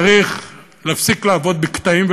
צריך להפסיק לעבוד בקטעים,